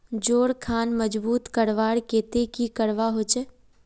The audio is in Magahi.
जोड़ खान मजबूत करवार केते की करवा होचए?